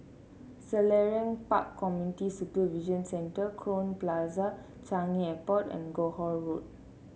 Selarang Park Community Supervision Centre Crowne Plaza Changi Airport and Johore Road